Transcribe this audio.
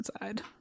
inside